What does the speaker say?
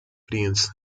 prince